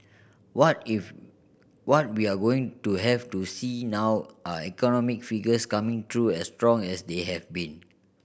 what if what we're going to have to see now are economic figures coming through as strong as they have been